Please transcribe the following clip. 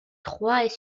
trois